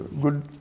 good